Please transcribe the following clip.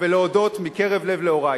ולהודות מקרב לב להורי,